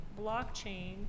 blockchain